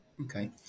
Okay